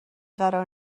قرار